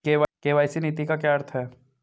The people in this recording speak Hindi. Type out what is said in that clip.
के.वाई.सी नीति का क्या अर्थ है?